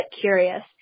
curious